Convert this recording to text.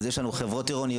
אז יש לנו חברות עירוניות,